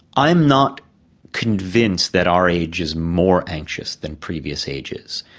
i'm not convinced that our age is more anxious than previous ages.